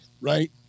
right